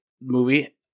movie